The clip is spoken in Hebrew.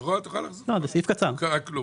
תוכל, לא קרה כלום.